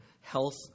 Health